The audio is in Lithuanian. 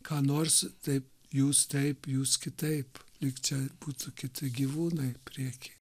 ką nors taip jūs taip jūs kitaip lyg čia būtų kiti gyvūnai prieky